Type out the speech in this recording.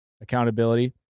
accountability